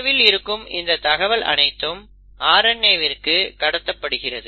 DNA வில் இருக்கும் இந்த தகவல் அனைத்தும் RNA விற்கு கடத்தப்படுகிறது